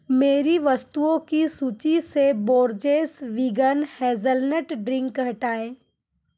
मेरी वस्तुओं की सूचि से बोर्जेस वीगन हेज़लनट ड्रिंक हटाएँ